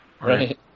Right